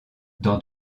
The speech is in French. dans